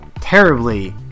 terribly